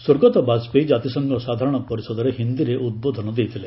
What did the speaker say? ସ୍ୱର୍ଗତ ବାଜପେୟୀ ଜାତିସଂଘ ସାଧାରଣ ପରିଷଦରେ ହିନ୍ଦୀରେ ଉଦ୍ବୋଧନ ଦେଇଥିଲେ